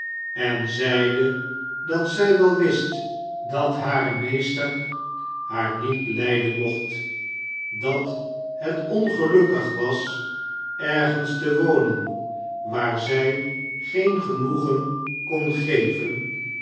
en zeide dat zij wel wist dat haar meester haar niet lrjden mocht dat het onselukkig was ergens te wonen waar zij geen genoegen kon geven